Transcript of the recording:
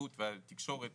ההתכתבות והתקשורת